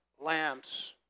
lamps